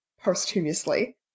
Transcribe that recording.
posthumously